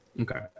Okay